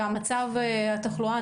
ומצב התחלואה,